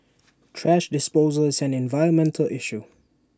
thrash disposal is an environmental issue